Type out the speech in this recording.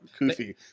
Kofi